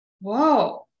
Whoa